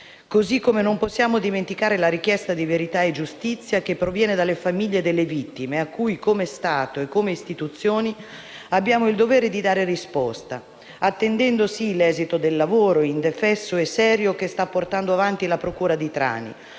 così come non possiamo dimenticare la richiesta di verità e giustizia che proviene dalle famiglie delle vittime, cui, come Stato e come istituzioni, abbiamo il dovere di dare risposta. Attendendo l'esito del lavoro, indefesso e serio, che sta portando avanti la Procura di Trani,